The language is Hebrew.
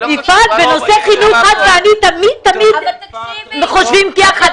בנושא חינוך אנחנו תמיד חושבות יחד,